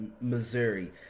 Missouri